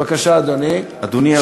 בבקשה, אדוני.